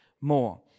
more